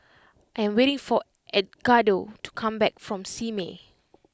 I am waiting for Edgardo to come back from Simei